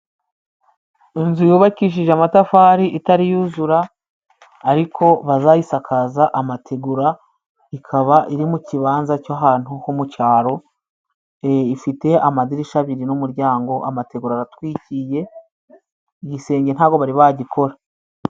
Inzu yubakishije amatafari itari yuzura, ariko bazayisakaza amategura, ikaba iri mu kibanza cy'ahantu ho mu cyaro, ifite amadirishya abiri n'umuryango, amategura aratwikiriye, igisenge ntago bari bagikora.